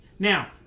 Now